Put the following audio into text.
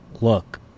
look